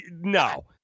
no